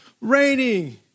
raining